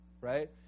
right